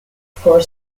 for